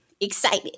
excited